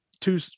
two